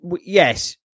Yes